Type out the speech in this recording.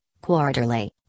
quarterly